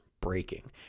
breaking